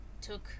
took